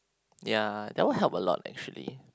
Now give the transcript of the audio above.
ya that would help a lot actually